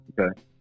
okay